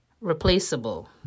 replaceable